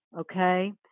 Okay